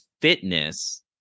fitness